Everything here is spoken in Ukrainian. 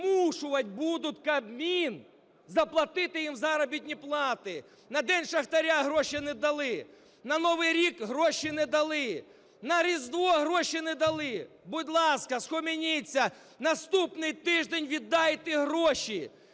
змушувати будуть Кабмін заплатити їм заробітні плати. На День шахтаря гроші не дали. На Новий рік гроші не дали. На Різдво гроші не дали. Будь ласка, схаменіться! Наступний тиждень віддайте гроші.